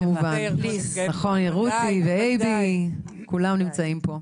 כמובן, רותי ואייבי, כולם נמצאים פה.